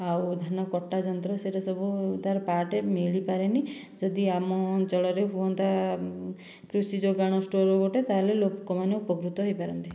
ଆଉ ଧାନ କଟା ଯନ୍ତ୍ର ସେ'ଟା ସବୁ ତାର ପାର୍ଟ ମିଳିପାରେନାହିଁ ଯଦି ଆମ ଅଞ୍ଚଳରେ ହୁଅନ୍ତା କୃଷି ଯୋଗାଣ ଷ୍ଟୋର ଗୋଟିଏ ତା'ହେଲେ ଲୋକମାନେ ଉପକୃତ ହୋଇପାରନ୍ତେ